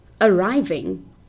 arriving